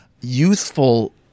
youthful